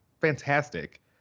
Fantastic